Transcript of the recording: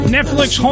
Netflix